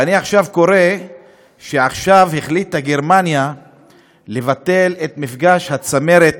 ואני עכשיו קורא שעכשיו החליטה גרמניה לבטל את מפגש הצמרת